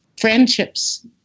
friendships